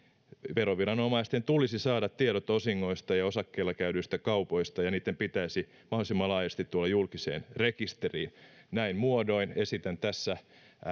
veroviranomaisten tulisi saada tiedot osingoista ja osakkeilla käydyistä kaupoista ja näitten pitäisi mahdollisimman laajasti tulla julkiseen rekisteriin näin muodoin esitän tässä